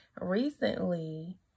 Recently